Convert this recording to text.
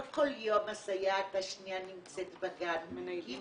לא כל יום הסייעת השנייה נמצאת בגן, או הגננת.